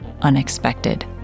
unexpected